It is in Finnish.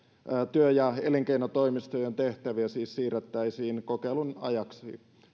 työ ja elinkeinotoimistojen tehtäviä siis siirrettäisiin kokeilun ajaksi